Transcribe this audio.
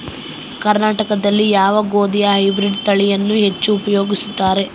ಕರ್ನಾಟಕದಲ್ಲಿ ಯಾವ ಗೋಧಿಯ ಹೈಬ್ರಿಡ್ ತಳಿಯನ್ನು ಹೆಚ್ಚು ಉಪಯೋಗಿಸುತ್ತಾರೆ?